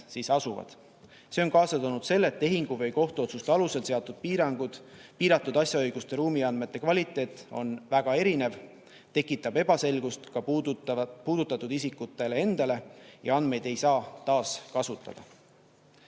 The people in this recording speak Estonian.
See on kaasa toonud selle, et tehingu või kohtuotsuste alusel on seatud piirangud, piiratud asjaõiguste ruumiandmete kvaliteet on väga erinev, tekitab ebaselgust ka puudutatud isikutele endale ja andmeid ei saa taaskasutada.